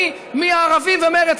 מהערבים ומרצ,